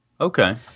Okay